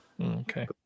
Okay